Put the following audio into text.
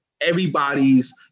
everybody's